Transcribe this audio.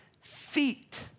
feet